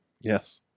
Yes